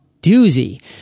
doozy